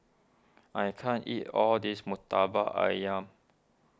I can't eat all this Murtabak Ayam